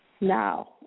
Now